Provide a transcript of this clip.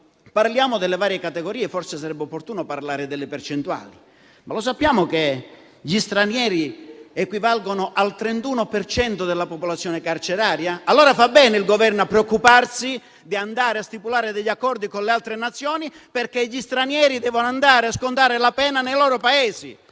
parliamo delle varie categorie, forse sarebbe opportuno parlare delle percentuali. Sappiamo che gli stranieri equivalgono al 31 per cento della popolazione carceraria? Allora fa bene il Governo a preoccuparsi di andare a stipulare degli accordi con le altre Nazioni, perché gli stranieri devono andare a scontare la pena nei loro Paesi